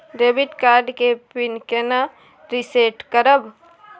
Debit card के pin केना reset करब?